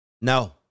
No